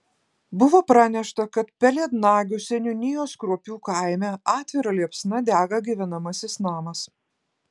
buvo pranešta kad pelėdnagių seniūnijos kruopių kaime atvira liepsna dega gyvenamasis namas